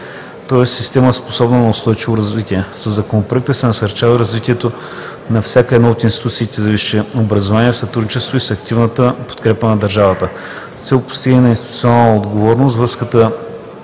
тоест система, способна на устойчиво развитие. Със Законопроекта се насърчава развитието на всяка една от институциите за висше образование в сътрудничество и с активната подкрепа на държавата. С цел постигане на институционална отговорност, връзка